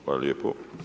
Hvala lijepo.